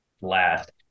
last